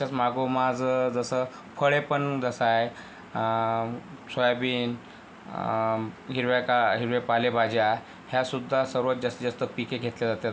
त्याच्या मागोमाग ज जसं फळे पण जसं आहे सोयाबीन हिरव्या का हिरव्या पालेभाज्या ह्यासुद्धा सर्वांत जास्तीत जास्त पिके घेतल्या जातात